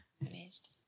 amazed